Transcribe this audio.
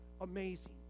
Amazing